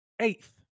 eighth